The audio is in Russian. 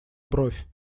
бровь